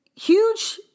huge